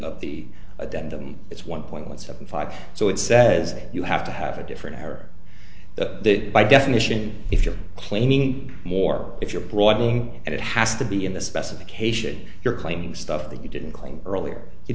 addendum it's one point seven five so it says you have to have a different era that by definition if you're claiming more if you're broadening and it has to be in the specification you're claiming stuff that you didn't claim earlier